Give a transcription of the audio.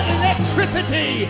electricity